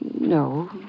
No